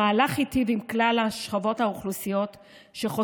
המהלך יטיב עם כלל שכבות האוכלוסייה שחוסכות